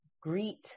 greet